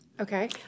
Okay